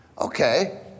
okay